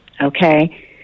Okay